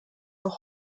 auch